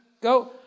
go